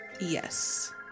Yes